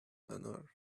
another